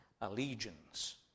allegiance